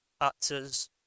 actors